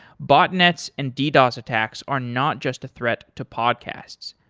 botnets and d dos attacks are not just a threat to podcasts.